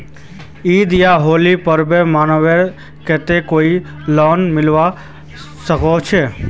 ईद या होली पर्व मनवार केते कोई लोन मिलवा सकोहो होबे?